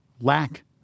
lack